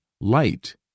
light